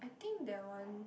I think that one